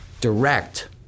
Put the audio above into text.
direct